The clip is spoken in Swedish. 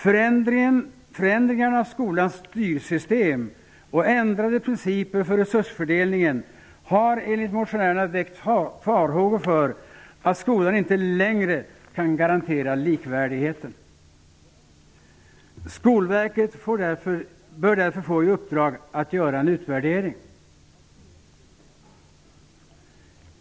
Förändringarna av skolans styrsystem och ändrade principer för resursfördelningen har enligt motionärerna väckt farhågor för att skolan inte längre kan garantera likvärdigheten. Skolverket bör därför få i uppdrag att göra en utvärdering.